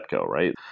right